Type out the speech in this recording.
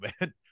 man